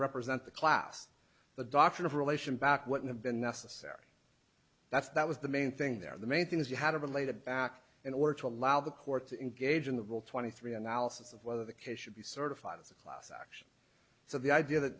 represent the class the dr of relation back what have been necessary that's that was the main thing there the main thing is you had a belated back in order to allow the court to engage in the rule twenty three analysis of whether the case should be certified as a class action so the idea that